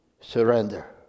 surrender